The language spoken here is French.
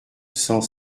cent